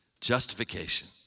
Justification